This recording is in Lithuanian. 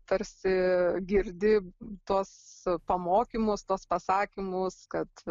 tarsi girdi tuos pamokymus tuos pasakymus kad